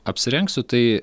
apsirengsiu tai